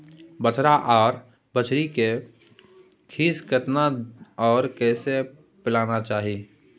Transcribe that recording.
बछरा आर बछरी के खीस केतना आर कैसे पिलाना चाही?